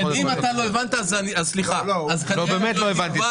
אם אתה לא הבנת, אז סליחה, וכנראה הייתי לא מובן.